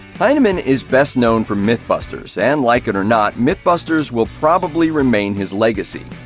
hyneman is best known for mythbusters, and like it or not, mythbusters will probably remain his legacy.